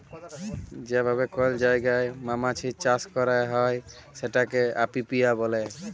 যে ভাবে কল জায়গায় মমাছির চাষ ক্যরা হ্যয় সেটাকে অপিয়ারী ব্যলে